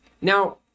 Now